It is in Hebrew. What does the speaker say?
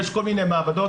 יש כל מיני ועדות,